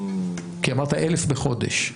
כי אמרת 1,000 בחודש.